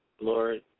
Lord